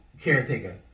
Caretaker